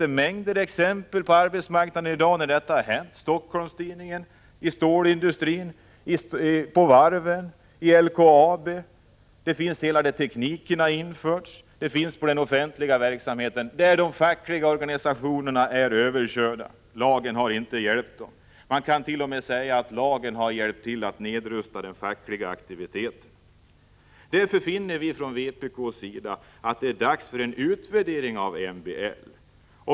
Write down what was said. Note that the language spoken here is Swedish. Det finns många exempel på detta inom arbetsmarknaden i dag: Helsingforsstidningen, stålindustrin, varven och LKAB liksom i samband med införande av ny teknik. Det finns exempel inom den offentliga verksamheten på att de fackliga organisationerna blivit överkörda. Lagen i har inte hjälpt. Man kan t.o.m. säga att lagen har hjälpt till att nedrusta den fackliga aktiviteten. Därför anser vi i vpk att det är dags för en utvärdering av MBL.